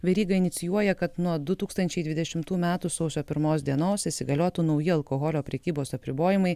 veryga inicijuoja kad nuo du tūkstančiai dvidešimtų metų sausio pirmos dienos įsigaliotų nauji alkoholio prekybos apribojimai